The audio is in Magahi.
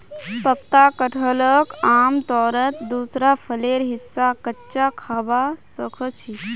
पक्का कटहलक आमतौरत दूसरा फलेर हिस्सा कच्चा खबा सख छि